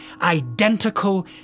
identical